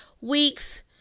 week's